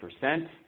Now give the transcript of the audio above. percent